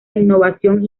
innovación